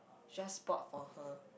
just bought for her